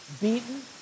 beaten